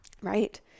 right